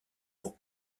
pour